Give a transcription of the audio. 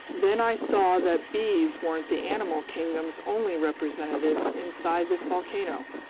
then i saw that bees weren't the animal kingdom's only representatives inside this volcano.